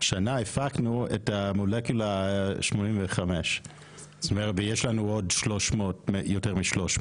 שנה הפקנו את המולקולה 85 ויש לנו עוד יותר מ-300.